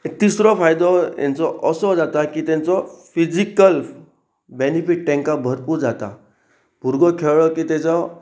तिसरो फायदो हेंचो असो जाता की तेंचो फिजीकल बेनिफीट तांकां भरपूर जाता भुरगो खेळो की तेचो